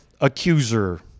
accuser